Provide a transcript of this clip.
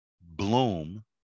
bloom